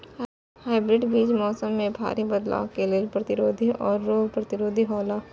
hybrid बीज मौसम में भारी बदलाव के लेल प्रतिरोधी और रोग प्रतिरोधी हौला